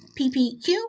PPQ